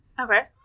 Okay